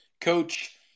coach